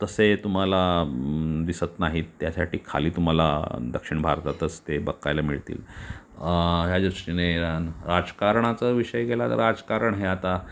तसे तुम्हाला दिसत नाहीत त्यासाठी खाली तुम्हाला दक्षिण भारतातच ते बघायला मिळतील ह्यादृष्टीने राजकारणाचा विषय केला तर राजकारण हे आता